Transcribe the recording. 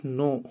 no